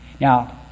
Now